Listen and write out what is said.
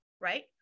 right